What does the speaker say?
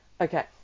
Okay